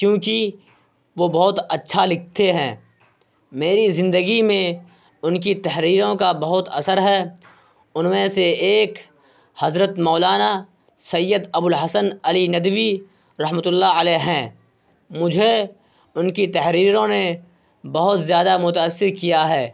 کیوںکہ وہ بہت اچھا لکھتے ہیں میری زندگی میں ان کی تحریروں کا بہت اثر ہے ان میں سے ایک حضرت مولانا سید ابو الحسن علی ندوی رحمتہ اللہ علیہ ہیں مجھے ان کی تحریروں نے بہت زیادہ متاثر کیا ہے